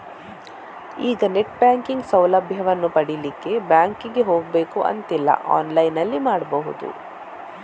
ಈಗ net banking ಸೌಲಭ್ಯವನ್ನು ಪಡೀಲಿಕ್ಕೆ ಬ್ಯಾಂಕಿಗೆ ಹೋಗ್ಬೇಕು ಅಂತಿಲ್ಲ ಆನ್ಲೈನಿನಲ್ಲಿ ಮಾಡ್ಬಹುದು